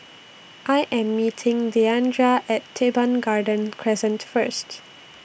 I Am meeting Diandra At Teban Garden Crescent First